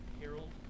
Harold